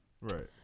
right